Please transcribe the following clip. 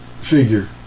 figure